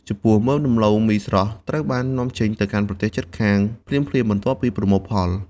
ចំពោះមើមដំឡូងមីស្រស់ ត្រូវបាននាំចេញទៅកាន់ប្រទេសជិតខាងភ្លាមៗបន្ទាប់ពីប្រមូលផល។